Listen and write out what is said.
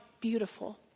beautiful